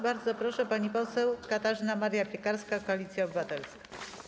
Bardzo proszę, pani poseł Katarzyna Maria Piekarska, Koalicja Obywatelska.